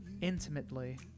intimately